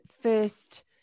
first